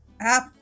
app